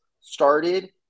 started